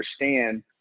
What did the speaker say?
understand